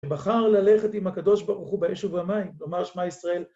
ובחר ללכת עם הקדוש ברוך הוא באש ובמים, כלומר שמע ישראל